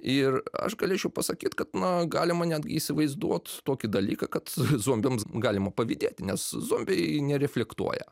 ir aš galėčiau pasakyt kad na galima netgi įsivaizduot tokį dalyką kad zombiams galima pavydėti nes zombiai nereflektuoja